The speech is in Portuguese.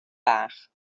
bar